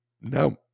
no